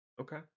Okay